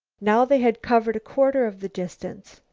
now they had covered a quarter of the distance,